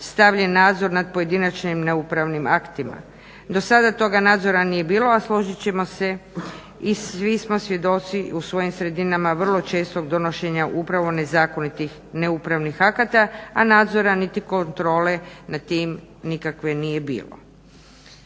stavljen nadzor nad pojedinačnim neupravnim aktima. Do sada toga nadzora nije bilo, a složit ćemo se i svi smo svjedoci u svojim sredinama vrlo čestog donošenja upravo nezakonitih neupravnih akata, a nadzora niti kontrole nad tim nikakve nije bilo.